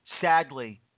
sadly